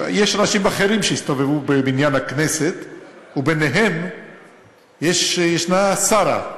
יש אנשים אחרים שהסתובבו בבניין הכנסת וביניהם ישנה שרה,